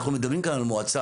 אנחנו מדברים כאן על מועצה.